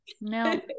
no